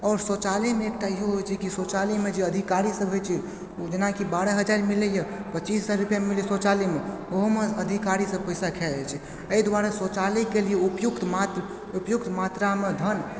आओर शौचालयमे एक टा इहो होइ छै कि शौचालयमे जे अधिकारी सब होइ छै जेना कि बारह हजार मिलइए पच्चीस सओ रुपैआ मिलइए शौचालयमे ओहोमे अधिकारी सब पैसा खा जाइ छै अइ दुआरे शौचालयके लिये उपयुक्त मात्र उपयुक्त मात्रामे धन